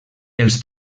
els